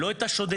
לא את השודדים.